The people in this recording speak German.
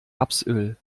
rapsöl